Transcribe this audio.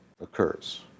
occurs